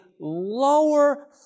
lower